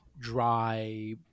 dry